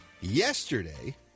Yesterday